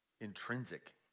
intrinsic